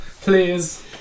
Please